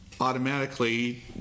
Automatically